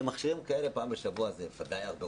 מכשירים כאלה פעם בשבוע זה ודאי הרבה,